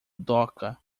doca